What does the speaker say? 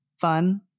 fun